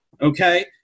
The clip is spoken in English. Okay